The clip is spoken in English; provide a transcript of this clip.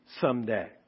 someday